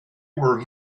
were